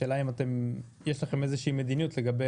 השאלה אם יש לכם איזושהי מדיניות לגבי